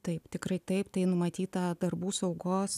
taip tikrai taip tai numatyta darbų saugos